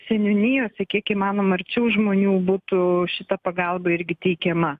seniūnijose kiek įmanoma arčiau žmonių būtų šita pagalba irgi teikiama